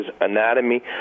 anatomy